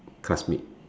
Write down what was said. classmate